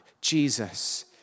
Jesus